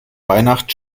weihnacht